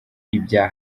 ibya